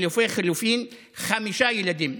לחלופי-חלופין חמישה ילדים.